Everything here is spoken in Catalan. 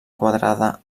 quadrada